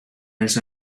ese